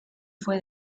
fue